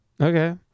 Okay